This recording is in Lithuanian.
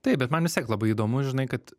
taip bet man vis tiek labai įdomu žinai kad